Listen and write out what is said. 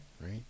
Right